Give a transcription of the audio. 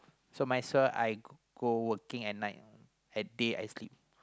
so might as well I go and work at night and day I sleep